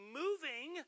moving